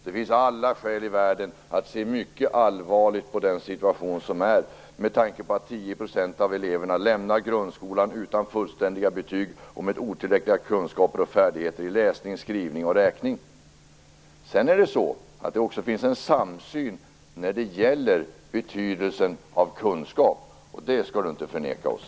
Det finns alla skäl i världen att se mycket allvarligt på den situation som är med tanke på att 10 % av eleverna lämnar grundskolan utan fullständiga betyg och med otillräckliga kunskaper och färdigheter i läsning, skrivning och räkning. Det finns en samsyn när det gäller betydelsen av kunskap, och det skall man inte förneka oss.